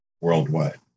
worldwide